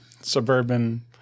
suburban